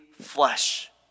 flesh